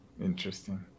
Interesting